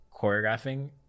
choreographing